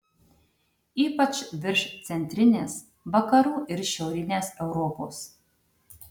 ypač virš centrinės vakarų ir šiaurinės europos